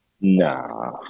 Nah